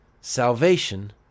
salvation